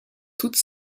toute